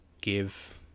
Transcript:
give